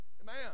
Amen